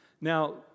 Now